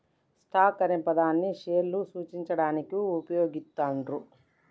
stocks అనే పదాన్ని షేర్లను సూచించడానికి వుపయోగిత్తండ్రు